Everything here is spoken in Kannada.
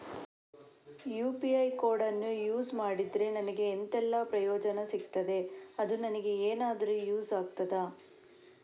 ಯು.ಪಿ.ಐ ಕೋಡನ್ನು ಯೂಸ್ ಮಾಡಿದ್ರೆ ನನಗೆ ಎಂಥೆಲ್ಲಾ ಪ್ರಯೋಜನ ಸಿಗ್ತದೆ, ಅದು ನನಗೆ ಎನಾದರೂ ಯೂಸ್ ಆಗ್ತದಾ?